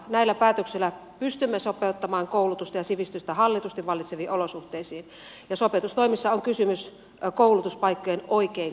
näillä päätöksillä pystymme sopeuttamaan koulutusta ja sivistystä hallitusti vallitseviin olosuhteisiin ja sopeutustoimissa on kysymys koulutuspaikkojen kohdentamisesta oikein